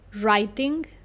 writing